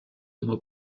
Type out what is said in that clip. hameau